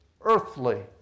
earthly